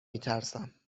میترسم